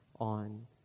on